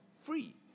free